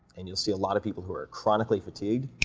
and you'll see a lot of people who are chronically fatigued